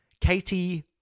Katie